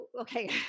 okay